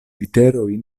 literojn